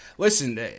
Listen